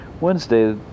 Wednesday